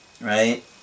right